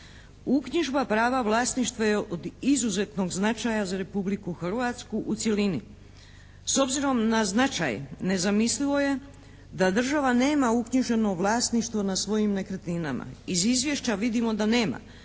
Uknjižba prava vlasništva je od izuzetnog značaja za Republiku Hrvatsku u cjelini. S obzirom na značaj, nezamislivo je da država nema uknjiženo vlasništvo na svojim nekretninama. Iz Izvješća vidimo da nema.